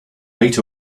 right